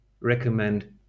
recommend